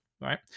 right